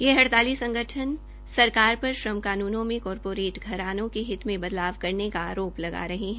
ये हड़ताली संगठन सरकार पर श्रम कानूनों में कारपोरेट घरानों के हित में बदलाव करने का आरोप लगा रहे है